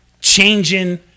changing